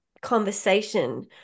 conversation